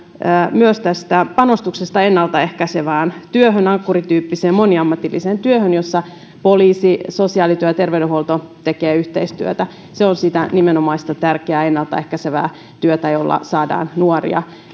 myös tästä panostuksesta ennaltaehkäisevään työhön ankkuri tyyppiseen moniammatilliseen työhön jossa poliisi sosiaalityö ja terveydenhuolto tekevät yhteistyötä se on sitä nimenomaista tärkeää ennaltaehkäisevää työtä jolla saadaan nuoria